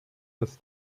dass